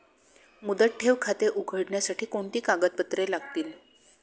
मुदत ठेव खाते उघडण्यासाठी कोणती कागदपत्रे लागतील?